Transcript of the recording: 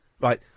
Right